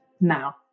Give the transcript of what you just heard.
now